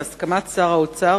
בהסכמת שר האוצר,